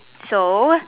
so